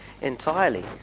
entirely